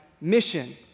mission